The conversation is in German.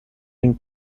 den